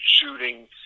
shooting